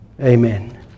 Amen